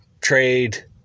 trade